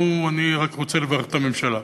אני רק רוצה לברך את הממשלה